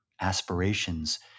aspirations